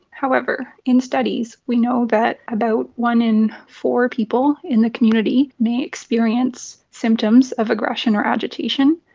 however, in studies we know that about one in four people in the community may experience symptoms of aggression or agitation.